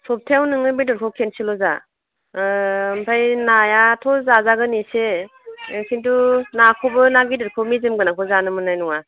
सप्तायाव नोङो बेदरखौ खेनसेल' जा ओमफ्राय नायाथ' जाजागोन एसे खिन्थु नाखौबो ना गेदेरखौ मेजेम गोनांखौ जानो मोननाय नङा